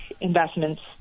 investments